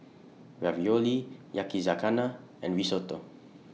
Ravioli Yakizakana and Risotto